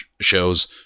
shows